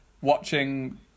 watching